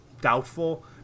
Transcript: doubtful